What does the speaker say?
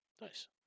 Nice